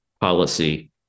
policy